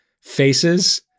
faces